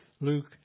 Luke